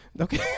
Okay